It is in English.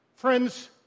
Friends